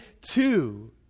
two